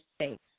safe